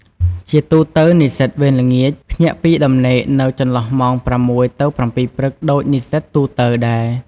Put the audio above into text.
ជាទូទៅ និស្សិតវេនល្ងាច ភ្ញាក់ពីដំណេកនៅចន្លោះម៉ោង ៦ ទៅ ៧ ព្រឹក ដូចនិស្សិតទូទៅដែរ។